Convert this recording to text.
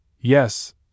Yes